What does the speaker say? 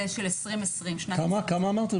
זה של שנת 2020. כמה אמרת?